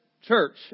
church